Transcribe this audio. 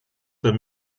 der